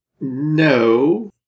No